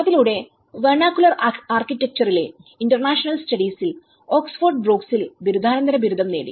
അതിലൂടെ വെർണാക്കുലർ ആർക്കിടെക്ചറിലെ ഇന്റർനാഷണൽ സ്റ്റഡീസിൽഓക്സ്ഫോർഡ് ബ്രൂക്സിൽബിരുദാനന്തര ബിരുദം നേടി